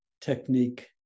technique